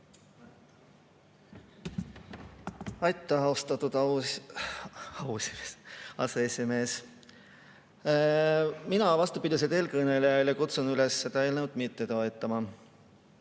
Aitäh, austatud aseesimees! Mina vastupidi eelkõnelejale kutsun üles seda eelnõu mitte toetama,